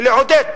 ולעודד,